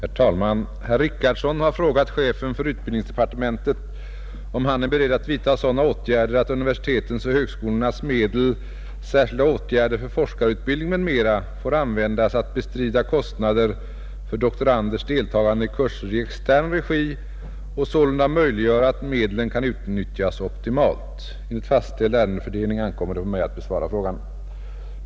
Herr talman! Herr Richardson har frågat chefen för utbildningsdepartementet om han är beredd att vidtaga sådana åtgärder att universitetens och högskolornas medel ”Särskilda åtgärder för forskarutbildning att förebygga att sjunkna fartyg vållar oljeskador m.m.” får användas att bestrida kostnader för doktoranders deltagande i kurser i extern regi och sålunda möjliggöra, att medlen kan utnyttjas optimalt. Enligt fastställd ärendefördelning ankommer det på mig att besvara frågan.